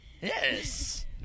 Yes